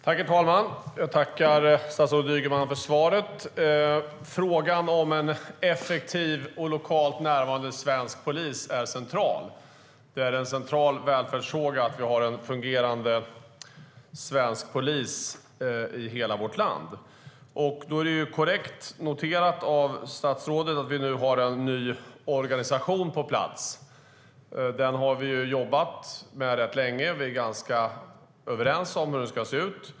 Herr talman! Jag tackar statsrådet Ygeman för svaret. Frågan om en effektiv och lokalt närvarande svensk polis är central. Det är en central välfärdsfråga att vi har en fungerande svensk polis i hela vårt land. Det är korrekt noterat av statsrådet att vi nu har en ny organisation på plats. Den har vi jobbat med rätt så länge, och vi är ganska överens om hur den ska se ut.